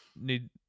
need